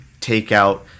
takeout